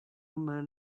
man